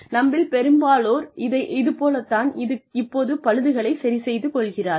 நம்மில் பெரும்பாலோர் இது போலத் தான் இப்போது பழுதுகளை சரி செய்து கொள்கிறார்கள்